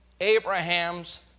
Abraham's